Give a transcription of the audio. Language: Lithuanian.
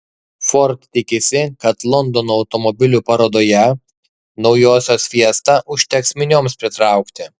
ford tikisi kad londono automobilių parodoje naujosios fiesta užteks minioms pritraukti